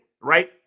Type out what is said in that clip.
right